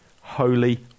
holy